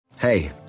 Hey